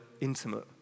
intimate